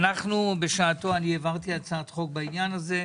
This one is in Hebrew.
שבשעתו העברתי הצעת חוק בעניין הזה.